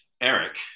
Eric